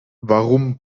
warum